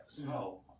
No